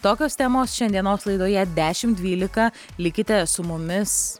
tokios temos šiandienos laidoje dešim dvylika likite su mumis